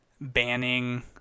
banning